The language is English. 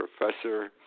professor